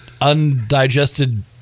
undigested